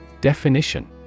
Definition